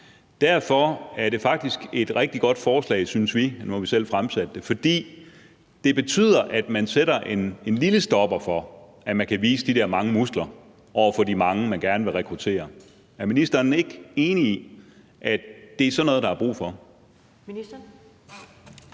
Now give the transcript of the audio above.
Derfor er det faktisk et rigtig godt forslag, synes vi – og nu har vi selv fremsat det – fordi det betyder, at man sætter en lille stopper for, at man kan vise de der mange muskler over for de mange, man gerne vil rekruttere. Er ministeren ikke enig i, at det er sådan noget, der er brug for?